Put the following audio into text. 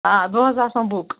آ دۄہَس آسان بُک